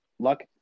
Luck